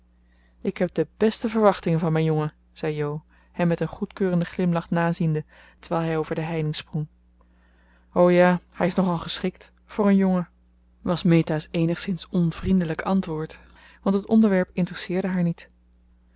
ik heb de beste verwachtingen van mijn jongen zei jo hem met een goedkeurenden glimlach naziende terwijl hij over de heining sprong o ja hij is nog al geschikt voor een jongen was meta's eenigszins onvriendelijk antwoord want het onderwerp interesseerde haar niet